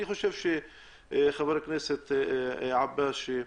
לדעתי, חבר הכנסת עבאס,